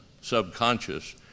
subconscious